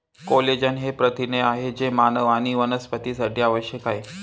collagen हे प्रथिन आहे जे मानव आणि वनस्पतींसाठी आवश्यक आहे